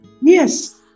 Yes